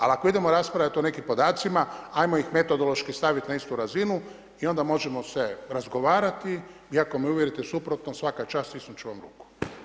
Ali ako idemo raspravljati o nekim podacima, ajmo ih metodološki staviti na istu razinu i onda možemo se razgovarati i ako me uvjerite suprotno, svaka čas, stisnut ću vam ruku.